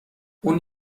اون